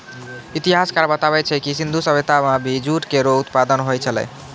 इतिहासकार बताबै छै जे सिंधु सभ्यता म भी जूट केरो उत्पादन होय छलै